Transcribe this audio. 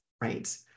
right